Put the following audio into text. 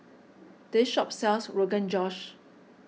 this shop sells Rogan Josh